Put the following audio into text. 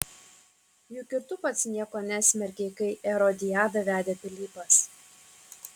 juk ir tu pats nieko nesmerkei kai erodiadą vedė pilypas